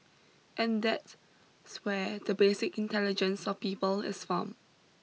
and that's where the basic intelligence of people is formed